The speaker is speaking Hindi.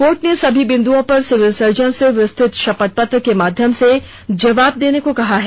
कोर्ट ने सभी बिंदुओं पर सिविल सर्जन से विस्तृत शपथ पत्र के माध्यम से जवाब देने को कहा है